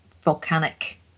volcanic